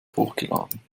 hochgeladen